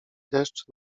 deszcz